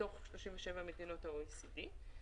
מתוך 37 מדינות ה-OECD.